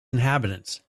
inhabitants